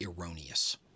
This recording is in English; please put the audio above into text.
erroneous